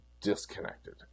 disconnected